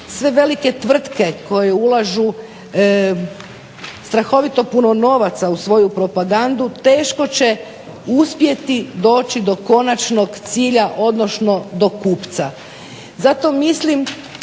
sve velike tvrtke koje ulažu strahovito puno novaca u svoju propagandu teško će uspjeti doći do konačnog cilja, odnosno do kupca. Zato mislim